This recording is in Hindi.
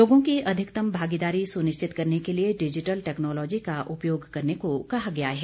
लोगों की अधिकतम भागीदारी सुनिश्चित करने के लिए डिजिटल टैक्नोलोजी का उपयोग करने को कहा गया है